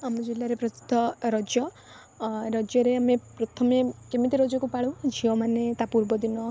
ଆମ ଜିଲ୍ଲାରେ ପ୍ରସିଦ୍ଧ ରଜ ରଜରେ ଆମେ ପ୍ରଥମେ କେମିତି ରଜକୁ ପାଳୁ ଝିଅମାନେ ତା ପୂର୍ବ ଦିନ